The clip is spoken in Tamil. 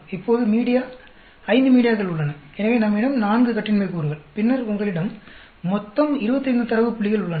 இப்போது மீடியா 5 மீடியாக்கள் உள்ளன எனவே நம்மிடம் 4 கட்டின்மை கூறுகள் பின்னர் உங்களிடம் மொத்தம் 25 தரவு புள்ளிகள் உள்ளன